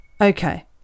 okay